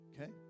okay